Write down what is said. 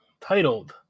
titled